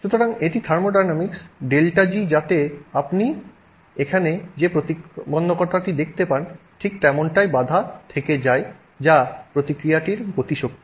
সুতরাং এটি thermodynamics ΔG যাতে আপনি এখানে যে প্রতিবন্ধকতাটি দেখতে পান ঠিক তেমনটাই বাধা থেকে যায় যা প্রতিক্রিয়াটির গতিশক্তি